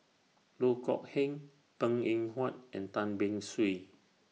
Loh Kok Heng Png Eng Huat and Tan Beng Swee